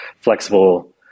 flexible